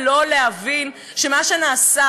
הוא לא יכול להיות נטול אזרחות.